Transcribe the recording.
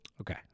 Okay